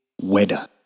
weather